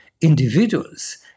individuals